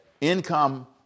income